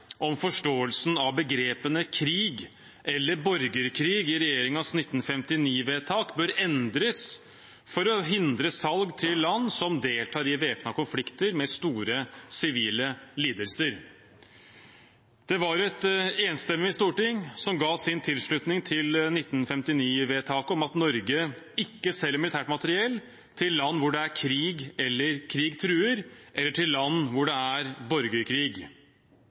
om forståelsen av begrepene «krig» eller «borgerkrig» i regjeringens 1959-vedtak bør endres for å hindre salg til land som deltar i væpnede konflikter med store sivile lidelser. Det var et enstemmig storting som ga sin tilslutning til 1959-vedtaket om at Norge ikke selger militært materiell til land hvor det er krig eller krig truer, eller til land hvor det er borgerkrig.